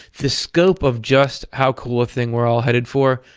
the scope of just how cool a thing we're all headed for.